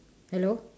hello